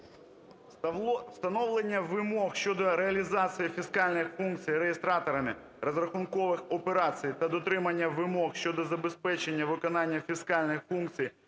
Становлення вимог щодо реалізації фіскальних функцій реєстраторами розрахункових операцій та дотримання вимог щодо забезпечення виконання фіскальних функцій